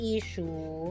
Issue